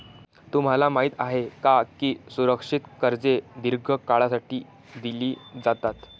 तुम्हाला माहित आहे का की सुरक्षित कर्जे दीर्घ काळासाठी दिली जातात?